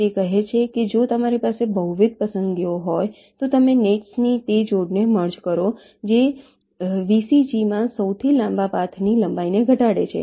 તે કહે છે કે જો તમારી પાસે બહુવિધ પસંદગીઓ હોય તો તમે નેટ્સની તે જોડને મર્જ કરો છો જે VCG માં સૌથી લાંબા પાથની લંબાઈને ઘટાડે છે